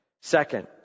Second